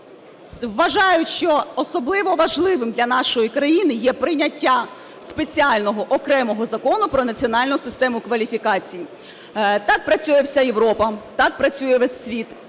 вважають, що особливо важливим для нашої країни є прийняття спеціального окремого Закону про національну систему кваліфікацій. Так працює вся Європа, так працює весь світ